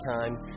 time